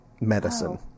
medicine